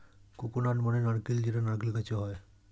coconut মানে নারকেল যেটা নারকেল গাছে হয়